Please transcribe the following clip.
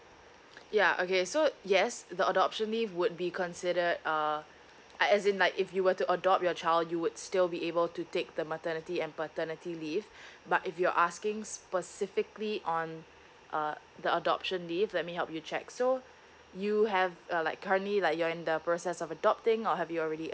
ya okay so yes the adoption leave would be considered uh uh as in like if you were to adopt your child you would still be able to take the maternity and paternity leave but if you're asking specifically on uh the adoption leave let me help you check so you have uh like currently like you're in the process of adopting or have you already